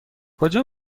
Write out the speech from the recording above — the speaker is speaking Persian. کجا